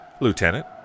Lieutenant